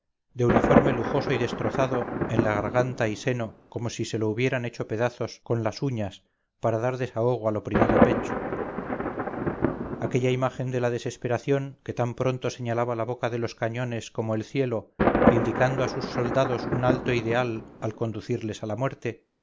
de uniforme lujoso y destrozado en la garganta y seno como si se lo hubiera hecho pedazos con las uñas para dar desahogo al oprimido pecho aquella imagen de la desesperación que tan pronto señalaba la boca de los cañones como el cielo indicando a sus soldados un alto ideal al conducirles a la muerte